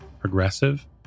progressive